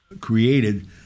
created